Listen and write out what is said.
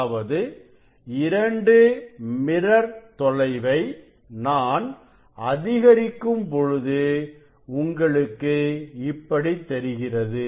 அதாவது 2 மிரர் தொலைவை நான் அதிகரிக்கும் பொழுது உங்களுக்கு இப்படி தெரிகிறது